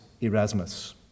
Erasmus